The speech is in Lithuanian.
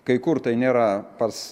kai kur tai nėra pats